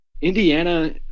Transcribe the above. Indiana